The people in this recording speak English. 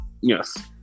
Yes